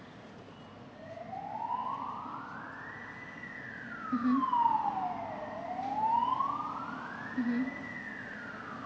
mmhmm mmhmm